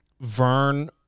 Vern